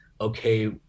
okay